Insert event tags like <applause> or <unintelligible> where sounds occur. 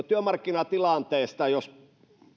<unintelligible> työmarkkinatilanteesta jos